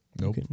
Nope